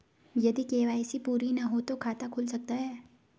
यदि के.वाई.सी पूरी ना हो तो खाता खुल सकता है?